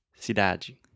Cidade